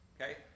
Okay